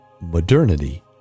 modernity